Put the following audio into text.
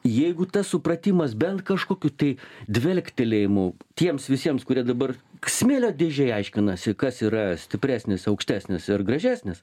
jeigu tas supratimas bent kažkokiu tai dvelktelėjimu tiems visiems kurie dabar smėlio dėžėj aiškinasi kas yra stipresnis aukštesnis ir gražesnis